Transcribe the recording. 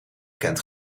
kent